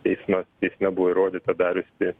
teismas teisme buvo įrodyta dariusį